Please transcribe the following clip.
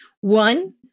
One